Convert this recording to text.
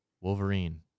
wolverine